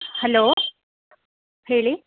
hello ಹೇಳಿ